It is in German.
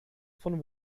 von